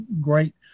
great